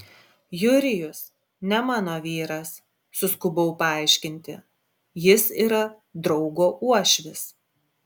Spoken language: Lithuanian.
jurijus ne mano vyras suskubau paaiškinti jis yra draugo uošvis